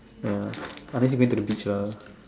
ya unless she went to the beach lah